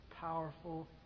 powerful